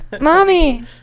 Mommy